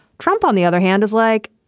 trump, on the other hand, is like,